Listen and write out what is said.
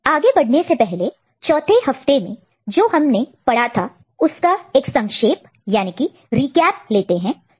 आगे बढ़ने से पहले चौथे हफ्ते में जो हमने पढ़ा था उसका एक संक्षेप रीकैप recap लेते हैं